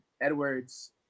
Edwards